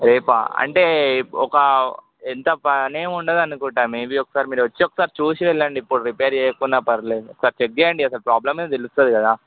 రేపా అంటే ఒక ఎంత పని ఏమి ఉండదు అనుకుంటాను మేబి ఒకసారి మీరు వచ్చి ఒక సారి చూసి వెళ్ళండి ఇప్పుడు రిపేర్ చేయకున్నా పరవాలేదు ఒకసారి చెక్ చేయండి అసలు ప్రాబ్లం ఏంది తెలుస్తుంది కదా